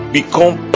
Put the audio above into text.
Become